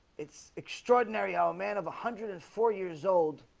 it's extraordinary our man of a hundred and four years old